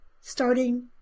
starting